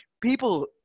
People